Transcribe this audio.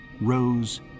Rose